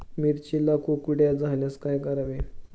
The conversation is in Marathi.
मिरचीला कुकड्या झाल्यास काय करावे?